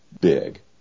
big